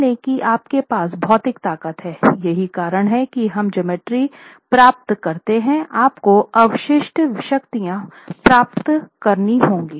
मान ले की आप के पास भौतिक ताकत है यही कारण है कि हम ज्योमेट्री प्राप्त करते हैं आपको अवशिष्ट शक्ति प्राप्त करनी होगी